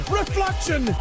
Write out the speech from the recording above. reflection